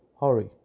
hurry